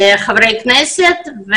חברי הכנסת,